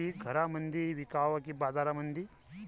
पीक घरामंदी विकावं की बाजारामंदी?